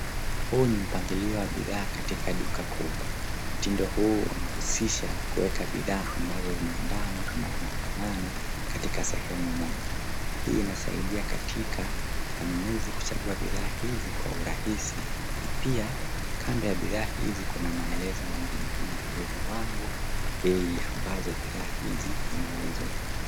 Huu ni mpangilio wa bidhaa katika duka kubwa , mtindo huu unahusisha kuweka bidhaa ambazo zinazoendana ama zinafanana katika sehemu moja, hii inasaidia katika manunuzi kuchagua bidhaa hizi kwa urahisi na pia kando ya bidha hizi kuna maelezo mengine kama vile viwango na bei ambazo bidhaa hizi zinauzwa.